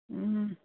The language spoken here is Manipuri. ꯎꯝ